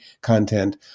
content